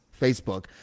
Facebook